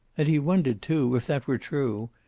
and he wondered, too, if that were true,